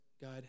God